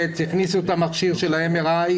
הכניסו את ה-MRI,